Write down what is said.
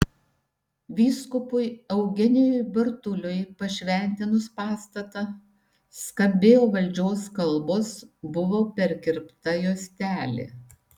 vyskupui eugenijui bartuliui pašventinus pastatą skambėjo valdžios kalbos buvo perkirpta juostelė